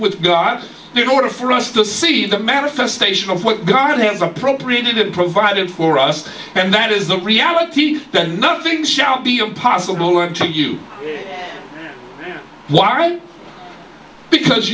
with god you know order for us to see the manifestation of what god has appropriated provided for us and that is the reality that nothing shall be impossible until you why because